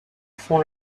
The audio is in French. font